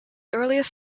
earliest